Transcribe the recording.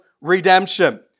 redemption